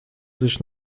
sich